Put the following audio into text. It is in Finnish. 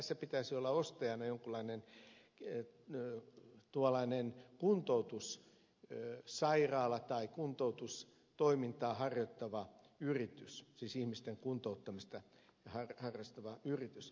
tässä pitäisi olla ostajana jonkunlainen kuntoutussairaala tai kuntoutustoimintaa harjoittava yritys siis ihmisten kuntouttamista harrastava yritys